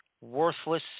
worthless